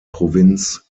provinz